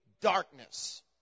darkness